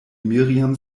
miriam